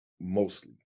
mostly